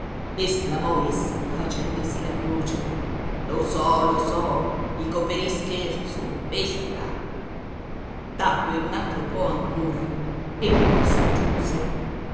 esclamò essa facendosi la croce lo so lo so dico per ischerzo bestia tacque un altro po ancora e poi soggiunse